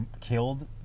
killed